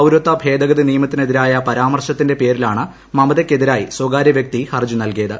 പൌരത്വ ഭേദഗതി നിയമത്തിനെതിരായ പരാമർശത്തിന്റെ പേരിലാണ് മമതയ്ക്കെതിരായി സ്വകാര്യ വ്യക്തി ഹർജി നൽകിയത്